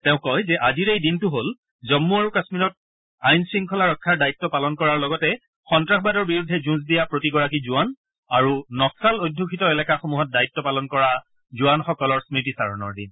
তেওঁ কয় যে আজিৰ এই দিনটো হ'ল জম্মু আৰু কাশ্মীৰত আইন শৃংখলা ৰক্ষাৰ দায়িত্ব পালন কৰাৰ লগতে সন্তাসবাদৰ বিৰুদ্ধে যুঁজ দিয়া প্ৰতিগৰাকী জোৱান আৰু নক্সাল অধ্যুষিত এলেকাসমূহত দায়িত্ব পালন কৰা জোৱানসকলৰ স্মৃতিচাৰণৰ দিন